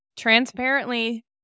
Transparently